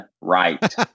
right